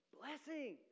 blessing